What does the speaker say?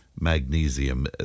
magnesium